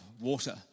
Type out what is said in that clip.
water